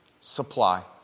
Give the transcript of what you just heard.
supply